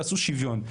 תעשו שוויון.